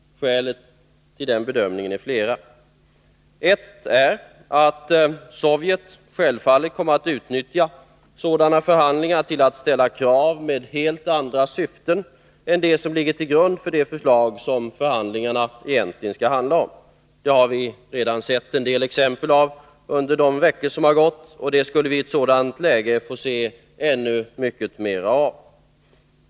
Skälen till denna bedömning är flera. Ett är att Sovjetunionen självfallet kommer att utnyttja sådana förhandlingar till att ställa krav med helt andra syften än de som ligger till grund för det förslag som förhandlingarna egentligen skulle handla om. Det har vi redan sett en del exempel på under de veckor som gått, och det skulle vi i ett sådant läge få se ännu mycket mer av.